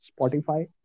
Spotify